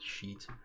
sheet